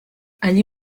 allí